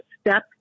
step